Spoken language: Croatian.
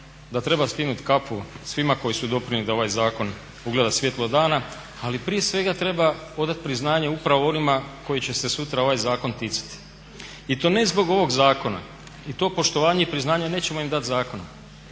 da treba skinuti kapu svim koji su doprinijeli da ovaj zakon ugleda svjetlo dana ali prije svega treba odati priznanje upravo onima kojih će se sutra ovaj zakon ticati. I to ne zbog ovog zakona i to poštovanje i priznanje nećemo im dati zakonom